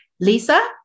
lisa